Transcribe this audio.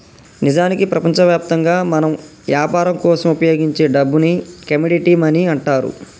నిజానికి ప్రపంచవ్యాప్తంగా మనం యాపరం కోసం ఉపయోగించే డబ్బుని కమోడిటీ మనీ అంటారు